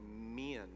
men